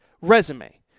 resume